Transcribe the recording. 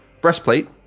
breastplate